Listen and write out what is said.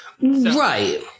Right